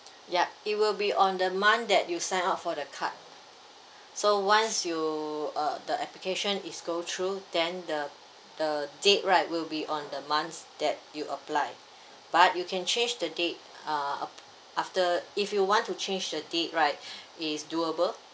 ya it will be on the month that you signed up for the card so once you uh the application is go through then the the date right will be on the months that you apply but you can change the date uh af~ after if you want to change your date right it's doable